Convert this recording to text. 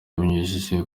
abinyujije